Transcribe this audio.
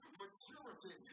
maturity